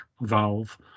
valve